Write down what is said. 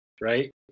right